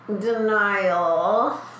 denial